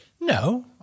No